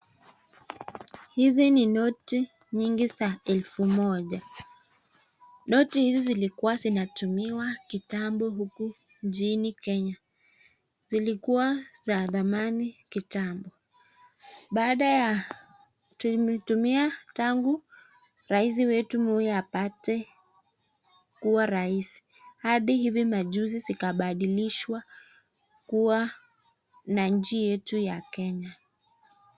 Hizi ni noti nyingi za elfu moja noti hizi zilikuwa zinatumiwa kitambo huku nchini Kenya zilikuwa za dhamani kitambo baadha ya kutumia tangu rais wetu Moi apate kuwa rais hadi hivi majuzi zikabadishwa kuwa na nchi yetu ya Kenya.